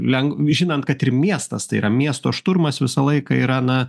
leng žinant kad ir miestas tai yra miesto šturmas visą laiką yra na